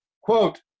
quote